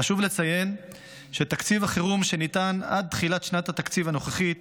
חשוב לציין שתקציב החירום שניתן עד תחילת שנת התקציב הנוכחית